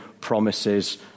promises